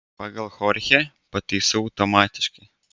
pagal chorchę pataisau automatiškai